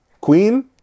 Queen